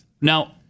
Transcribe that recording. Now